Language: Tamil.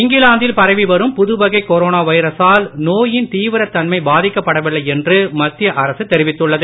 இங்கிலாந்தில் பரவி வரும் புதுவகை கொரோனா வைரசால் நோயின் தீவிரத் தன்மை பாதிக்கப் படவில்லை என்று மத்திய அரசு தெரிவித்துள்ளது